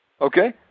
Okay